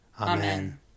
Amen